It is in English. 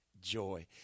joy